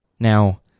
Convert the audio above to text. Now